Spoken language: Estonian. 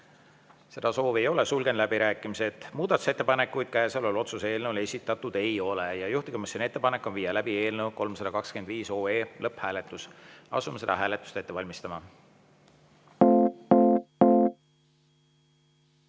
Seda soovi ei ole, sulgen läbirääkimised. Muudatusettepanekuid käesoleva otsuse eelnõu kohta esitatud ei ole ja juhtivkomisjoni ettepanek on viia läbi eelnõu 325 lõpphääletus. Asume seda hääletust ette valmistama.